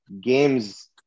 games